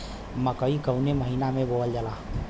मकई कवने महीना में बोवल जाला?